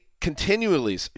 continually